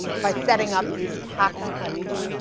by setting up these tax clinics.